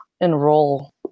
enroll